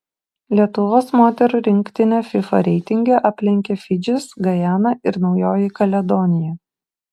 lietuvos moterų rinktinę fifa reitinge aplenkė fidžis gajana ir naujoji kaledonija